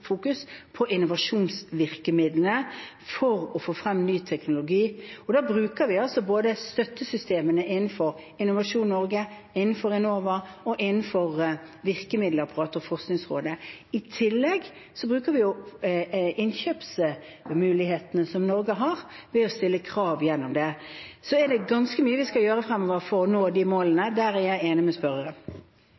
på innovasjonsvirkemidlene for å få frem ny teknologi. Da bruker vi støttesystemene både innenfor Innovasjon Norge, innenfor Enova og innenfor virkemiddelapparatet og Forskningsrådet. I tillegg bruker vi innkjøpsmulighetene som Norge har, ved å stille krav gjennom det. Det er ganske mye vi skal gjøre fremover for å nå de målene.